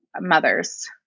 mothers